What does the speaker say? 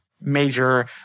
major